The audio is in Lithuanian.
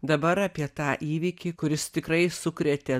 dabar apie tą įvykį kuris tikrai sukrėtė